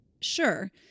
Sure